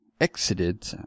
exited